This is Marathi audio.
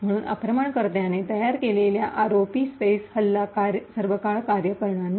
म्हणूनच आक्रमणकर्त्याने तयार केलेला आरओपी स्पेस हल्ला सर्वकाळ कार्य करणार नाही